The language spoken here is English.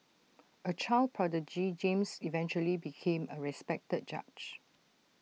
A child prodigy James eventually became A respected judge